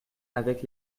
avec